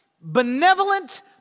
benevolent